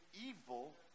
evil